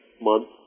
month